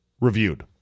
reviewed